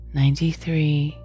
ninety-three